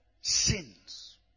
sins